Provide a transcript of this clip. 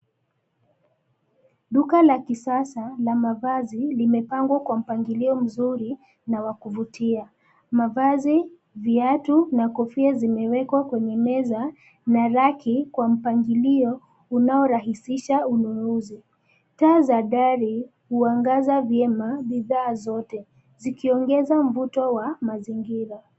Duka la kisasa, la mavazi, limepangwa kwa mpangilio mzuri na wa kuvutia. Mavazi, viatu na kofia zimewekwa kwenye meza na raki kwa mpangilio unaorahisisha ununuzi. Taa za dari, huangaza vyema bidhaa zote zikiongeza mvuto wa mazingira.